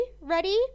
Ready